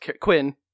Quinn